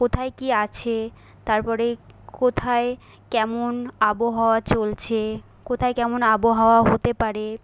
কোথায় কি আছে তারপরে কোথায় কেমন আবহাওয়া চলছে কোথায় কেমন আবহাওয়া হতে পারে